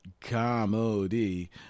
comedy